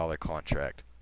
contract